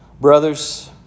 Brothers